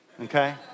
okay